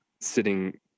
sitting